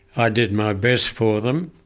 i did my best for them,